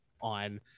on